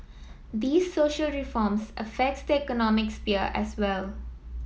these social reforms affects the economic sphere as well